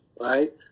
right